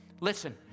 Listen